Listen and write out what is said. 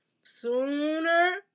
sooner